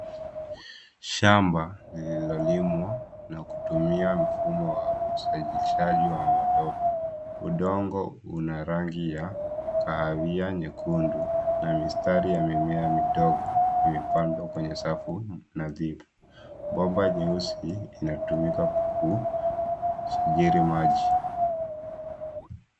Shamba lililolimwa na kutumia mfumo wa usalishaji wa matope. Udongo una rangi ya kahawia nyekundu na mistari ya mimea midogo imepandwa kwenye safu nadhifu. Bomba nyeusi unatumika kusajili maji.